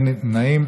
נמנעים.